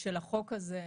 של החוק הזה,